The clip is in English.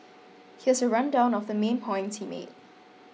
here's a rundown of the main points he made